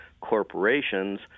corporations